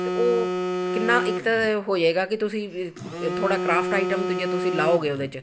ਅਤੇ ਉਹ ਕਿੰਨਾ ਇੱਕ ਤਾਂ ਹੋ ਜਾਵੇਗਾ ਕਿ ਤੁਸੀਂ ਥੋੜ੍ਹਾ ਕ੍ਰਾਫਟ ਆਈਟਮ 'ਤੇ ਜੇ ਤੁਸੀਂ ਲਾਉਗੇ ਉਹਦੇ 'ਚ